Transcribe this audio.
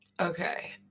Okay